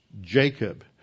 Jacob